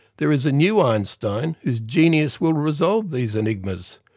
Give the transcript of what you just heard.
there is a new einstein whose genius will resolve these enigmas,